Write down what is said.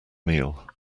meal